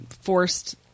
forced